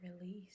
release